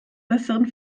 besseren